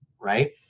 right